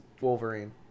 Wolverine